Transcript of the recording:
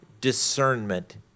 discernment